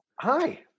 Hi